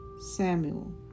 Samuel